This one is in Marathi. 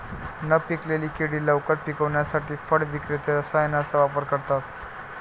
न पिकलेली केळी लवकर पिकवण्यासाठी फळ विक्रेते रसायनांचा वापर करतात